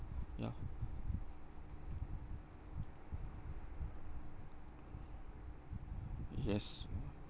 ya yes